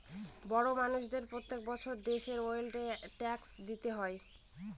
বড় মানষদের প্রত্যেক বছর দেশের ওয়েলথ ট্যাক্স দিতে হয়